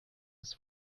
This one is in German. ist